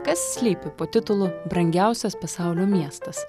kas slypi po titulu brangiausias pasaulio miestas